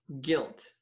guilt